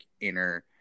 inner